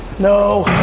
no!